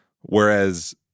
Whereas